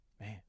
Man